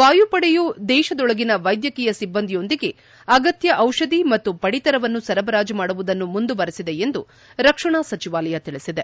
ವಾಯುಪಡೆಯು ದೇಶದೊಳಗಿನ ವೈದ್ಯಕೀಯ ಸಿಬ್ಲಂದಿಯೊಂದಿಗೆ ಅಗತ್ಯ ದಿಷಧಿ ಮತ್ತು ಪಡಿತರವನ್ನು ಸರಬರಾಜು ಮಾಡುವುದನ್ನು ಮುಂದುವರೆಸಿದೆ ಎಂದು ರಕ್ಷಣಾ ಸಚಿವಾಲಯ ತಿಳಿಸಿದೆ